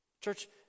Church